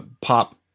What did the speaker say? pop